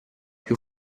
più